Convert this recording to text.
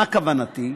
מה כוונתי?